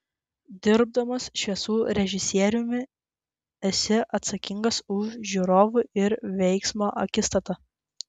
dirbdamas šviesų režisieriumi esi atsakingas už žiūrovo ir veiksmo akistatą